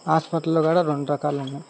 హాస్పిటల్లో కూడా రెండు రకాలున్నాయి